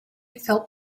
felt